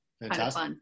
Fantastic